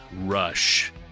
Rush